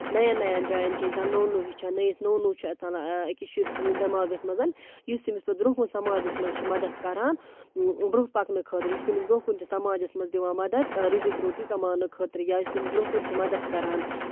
nine نَین جاین چھِ اِنسان نوٚو نوٚو ہٮ۪چھان نٔیِس نوٚو نوٚو چھُ اَژَن أکِس شُرۍ سٕنٛدِس دٮ۪ماغَس منٛز یُس أمِس پَتہٕ برونٛہہ کُن سَماجَس منٛز چھُ مدد کران برونٛہہ پَکنہٕ خٲطرٕ یُس أمِس برونٛہہ کُن چھُ سماجَس منٛز دِوان مدد رِزِق روٹی کَماونہٕ خٲطرٕ یا اَسہِ تم برونٛہہ کُن چھِ مدد کران